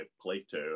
Plato